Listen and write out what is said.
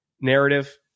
narrative